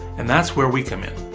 and that's where we come in.